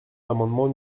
l’amendement